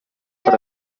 per